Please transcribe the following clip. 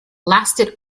lasted